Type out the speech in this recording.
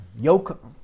yoke